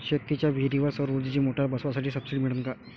शेतीच्या विहीरीवर सौर ऊर्जेची मोटार बसवासाठी सबसीडी मिळन का?